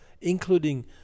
including